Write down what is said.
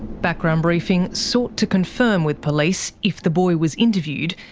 background briefing sought to confirm with police if the boy was interviewed,